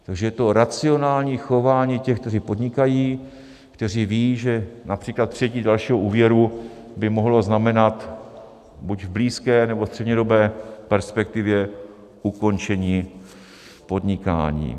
Takže je to racionální chování těch, kteří podnikají, kteří vědí, že například přijetí dalšího úvěru by mohlo znamenat buď v blízké, nebo střednědobé perspektivě ukončení podnikání.